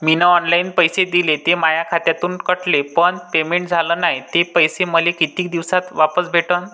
मीन online पैसे दिले, ते माया खात्यातून कटले, पण पेमेंट झाल नायं, ते पैसे मले कितीक दिवसात वापस भेटन?